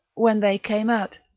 when they came out.